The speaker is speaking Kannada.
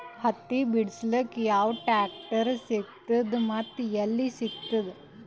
ಹತ್ತಿ ಬಿಡಸಕ್ ಯಾವ ಟ್ರಾಕ್ಟರ್ ಸಿಗತದ ಮತ್ತು ಎಲ್ಲಿ ಸಿಗತದ?